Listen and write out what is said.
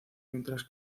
mientras